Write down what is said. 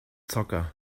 zocker